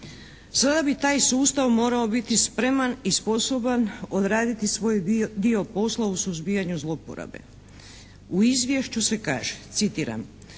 Sada bi taj sustav morao biti spreman i sposoban odraditi svoj dio posla u suzbijanju zlouporabe. U izvješću se kaže, citiram,